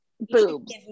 boobs